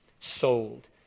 sold